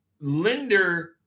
lender